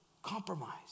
Compromise